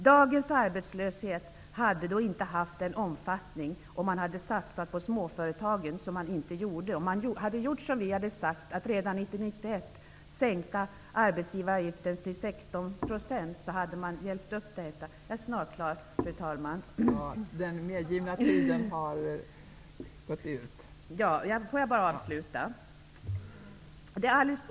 Dagens arbetslöshet hade inte haft den omfattning som den har i dag om man satsat på småföretagen, vilket man inte gjorde. Om man gjort som vi sagt, dvs. att redan 1991 sänka arbetsgivaravgifterna till 16 %, hade man hjälpt upp det hela.